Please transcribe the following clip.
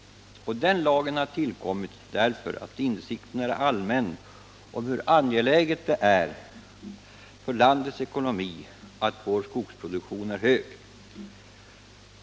Den lagen har tillkommit därför att insikten är allmän om hur angeläget det är för landets ekonomi att vår skogsproduktion är hög.